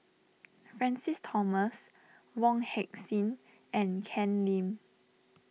Francis Thomas Wong Heck Sing and Ken Lim